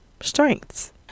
strengths